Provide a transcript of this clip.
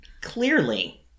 Clearly